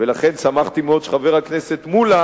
ולכן שמחתי מאוד שחבר הכנסת מולה